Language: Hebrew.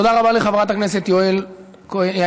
תודה רבה לחברת הכנסת יעל כהן-פארן.